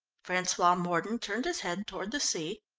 francois mordon turned his head toward the sea,